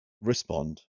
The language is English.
respond